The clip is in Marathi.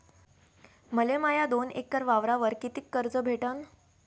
मले माया दोन एकर वावरावर कितीक कर्ज भेटन?